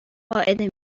قاعده